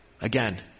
again